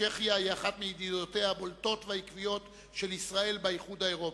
צ'כיה היא אחת מידידותיה הבולטות והעקביות של ישראל באיחוד האירופי.